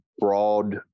Broad